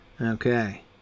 Okay